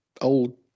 old